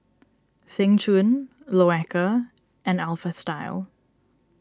Seng Choon Loacker and Alpha Style